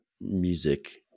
music